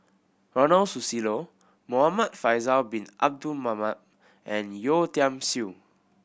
Ronald Susilo Muhamad Faisal Bin Abdul Manap and Yeo Tiam Siew